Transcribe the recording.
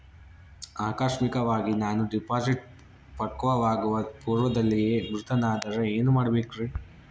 ಆಕಸ್ಮಿಕವಾಗಿ ನಾನು ಡಿಪಾಸಿಟ್ ಪಕ್ವವಾಗುವ ಪೂರ್ವದಲ್ಲಿಯೇ ಮೃತನಾದರೆ ಏನು ಮಾಡಬೇಕ್ರಿ?